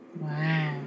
Wow